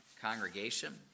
congregation